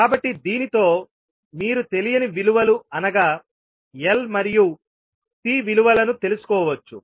కాబట్టి దీనితో మీరు తెలియని విలువలు అనగా L మరియు C విలువలను తెలుసుకోవచ్చు